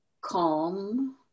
calm